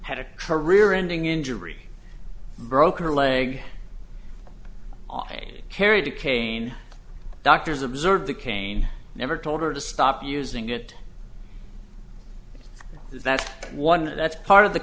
had a career ending injury broke her leg on a carried a cane doctor's observe the cane never told her to stop using it that's one that's part of the